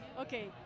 okay